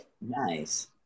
Nice